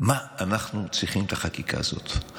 מה אנחנו צריכים את החקיקה הזאת?